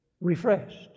refreshed